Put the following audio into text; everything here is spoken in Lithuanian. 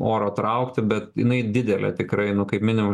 oro traukti bet jinai didelė tikrai nu kaip minimum